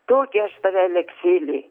tokios tave leksiliai